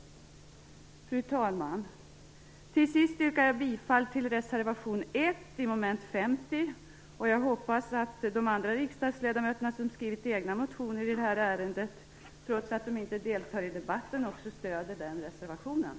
Fru talman! Jag yrkar bifall till reservation 1, mom. 50. Jag hoppas att de andra riksdagsledamöter som har skrivit egna motioner men som inte deltar i debatten ändå stöder reservation 1.